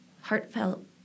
heartfelt